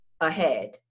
ahead